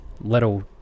little